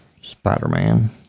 Spider-Man